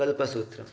कल्पसूत्रं